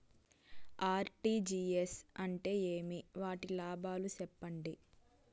RTGS అంటే ఏమి? వాటి లాభాలు సెప్పండి?